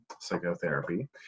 psychotherapy